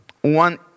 one